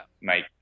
make